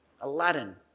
Aladdin